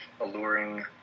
alluring